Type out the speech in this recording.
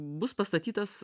bus pastatytas